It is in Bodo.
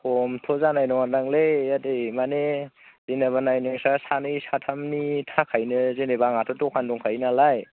खमथ' जानाय नङादांलै आदै माने जेनेबा नाय नोंसा सानै साथामनि थाखायनो जेनेबा आंहाथ' दखान दंखायो नालाय